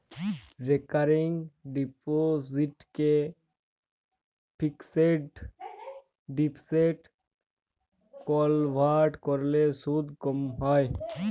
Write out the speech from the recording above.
recurring ডিপসিটকে fixed ডিপসিটে convert ক্যরলে সুদ ক্যম হ্যয়